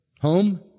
home